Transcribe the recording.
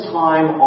time